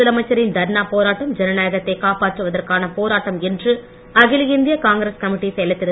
முதலமைச்சரின் தர்ணா போராட்டம் ஜனநாயகத்தை புதுவை காப்பாற்றுவதற்கான போராட்டம் என்று அகில இந்திய காங்கிரஸ் கமிட்டி செயலர் திரு